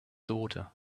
daughter